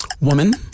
Woman